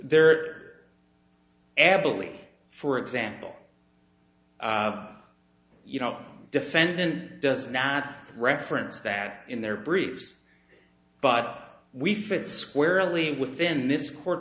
there absolutely for example you know defendant does not reference that in their briefs but we fit squarely within this court